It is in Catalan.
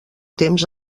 temps